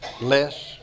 Less